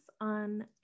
on